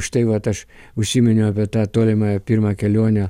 štai vat aš užsiminiau apie tą tolimąją pirmą kelionę